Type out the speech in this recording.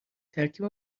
ترکیب